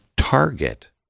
Target